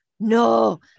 no